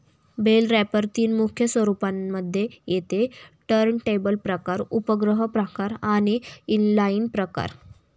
bell wrapper तीन मुख्य स्वरूपांना मध्ये येते टर्नटेबल प्रकार, उपग्रह प्रकार आणि इनलाईन प्रकार